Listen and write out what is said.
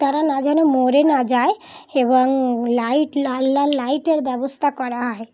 তারা না যেন মরে না যায় এবং লাইট লাল লাল লাইটের ব্যবস্থা করা হয়